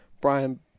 Brian